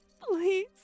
Please